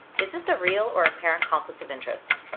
is this a real or apparent conflict of interest?